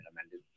amended